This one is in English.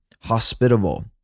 hospitable